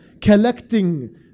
collecting